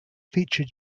feature